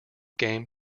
game